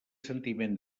sentiment